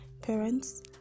parents